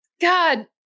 God